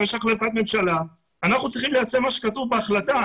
יש החלטת ממשלה ואנחנו צריכים ליישם מה שכתוב בהחלטה.